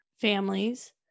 families